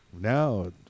Now